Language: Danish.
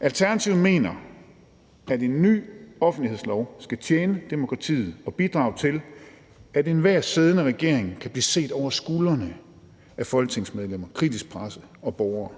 Alternativet mener, at en ny offentlighedslov skal tjene demokratiet og bidrage til, at enhver siddende regering kan blive set over skuldrene af folketingsmedlemmer, kritisk presse og borgere.